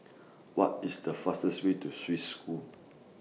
What IS The fastest Way to Swiss School